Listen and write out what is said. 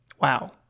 wow